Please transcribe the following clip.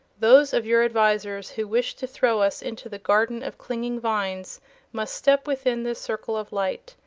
those of your advisors who wished to throw us into the garden of clinging vines must step within this circle of light.